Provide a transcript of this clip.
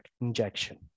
injection